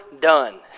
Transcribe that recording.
done